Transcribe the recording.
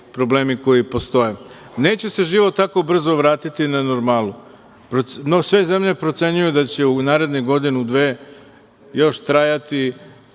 problemi koji postoji. Neće se život tako brzo vratiti na normalu. Sve zemlje procenjuju da će u narednih godinu, dve još trajati